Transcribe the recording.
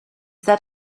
that